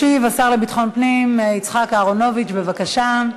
ישיב השר לביטחון פנים יצחק אהרונוביץ, בבקשה.